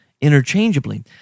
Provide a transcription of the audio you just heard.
interchangeably